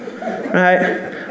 right